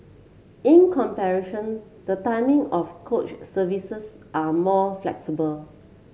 in comparison the timing of coach services are more flexible